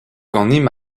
ganimp